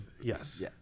yes